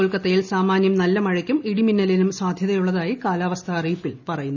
കൊൽക്കത്തയിൽ സാമാന്യം നല്ല മഴയ്ക്കും ഇടിമിന്നലിനും സാധ്യതയുള്ളതായി കാലാവസ്ഥാ അറിയിപ്പിൽ പറയുന്നു